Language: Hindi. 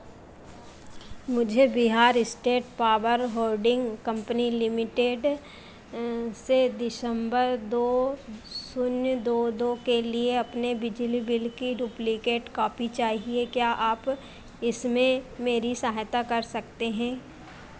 मुझे Bihar state power holding company limited से दिसंबर दो शून्य दो दो के लिए अपने बिजली बिल की डुप्लिकेट कॉपी चाहिए क्या आप इसमें मेरी सहायता कर सकते हैं